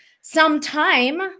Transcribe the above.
sometime